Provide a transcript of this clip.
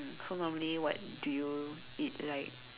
so normally what do you eat like